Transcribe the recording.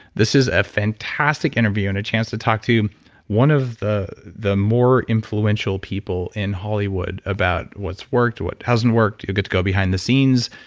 this is a fantastic interview and a chance to talk to one of the the more influential people in hollywood about what's worked, what hasn't worked. you get to go behind the scenes,